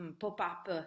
pop-up